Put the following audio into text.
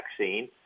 vaccine